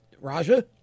Raja